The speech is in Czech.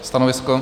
Stanovisko?